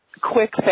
quick